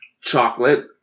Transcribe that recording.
chocolate